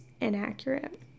inaccurate